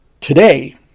today